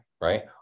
Right